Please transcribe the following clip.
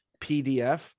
PDF